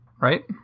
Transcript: right